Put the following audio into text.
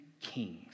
kings